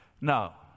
Now